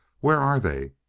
where are they?